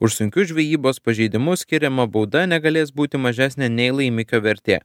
už sunkius žvejybos pažeidimus skiriama bauda negalės būti mažesnė nei laimikio vertė